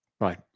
Right